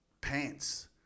pants